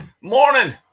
Morning